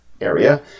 area